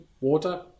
Water